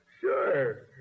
Sure